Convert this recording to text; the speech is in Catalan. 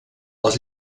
als